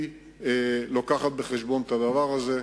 מביאה בחשבון את הדבר הזה.